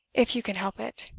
if you can help it.